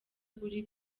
uri